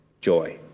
joy